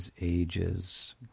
ages